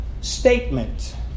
statement